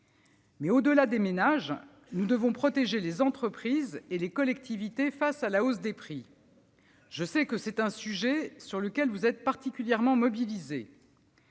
%. Au-delà des ménages, nous devons protéger les entreprises et les collectivités face à la hausse des prix. Je sais que c'est un sujet sur lequel vous êtes particulièrement mobilisés.